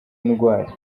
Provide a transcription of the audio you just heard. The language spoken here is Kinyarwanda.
indwara